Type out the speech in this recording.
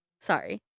Sorry